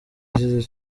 yasize